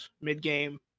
mid-game